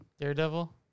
Daredevil